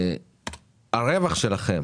הרווח שלכם